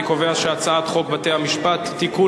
אני קובע שהצעת חוק בתי-המשפט (תיקון,